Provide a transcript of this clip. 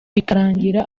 bikarangira